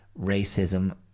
racism